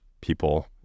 people